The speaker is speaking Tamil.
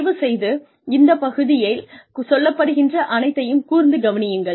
தயவுசெய்து இந்த பகுதியில் சொல்லப்படுகின்ற அனைத்தையும் கூர்ந்து கவனியுங்கள்